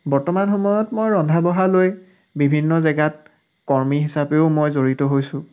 বৰ্তমান সময়ত মই ৰন্ধা বঢ়াক লৈ বিভিন্ন জেগাত কৰ্মী হিচাপেও মই জড়িত হৈছোঁ